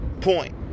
Point